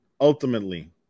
ultimately